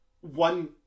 One